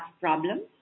problems